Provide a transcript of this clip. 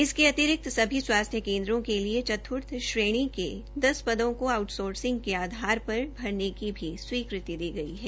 इसके अतिरिक्त सभी स्वास्थ्य केन्द्रों के लिए चत्र्थ श्रेणी के दस पदों को आऊटसोंसिंग के आधार पर भरने की भी स्वीकृति दी गई है